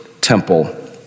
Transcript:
temple